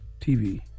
TV